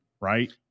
Right